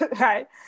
right